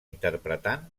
interpretant